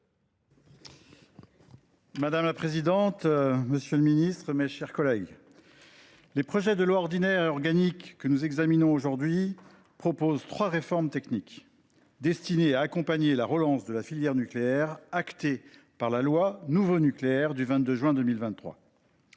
Madame la présidente, monsieur le ministre, mes chers collègues, les projets de loi ordinaire et organique que nous examinons comportent trois réformes techniques destinées à accompagner la relance de la filière nucléaire, qui a été actée par la loi dite Nouveau Nucléaire du 22 juin 2023.